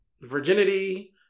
virginity